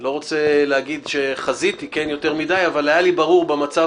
לא רוצה להגיד שחזיתי אבל היה לי ברור שבמצב